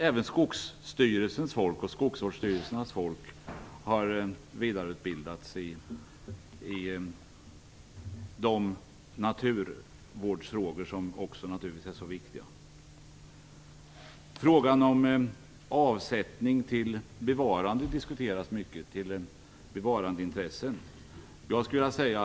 Även Skogsstyrelsens och Skogsvårdsstyrelsens folk har vidareutbildats i viktiga naturvårdsfrågor. Frågan om avsättning till bevarandeintressen diskuteras mycket.